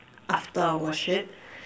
after worship